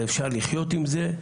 זה אפשר לחיות עם זה,